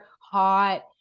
hot